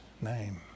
name